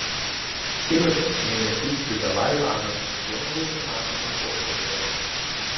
kinai ėmė siųsti dalai lamai vieną ultimatumą po kito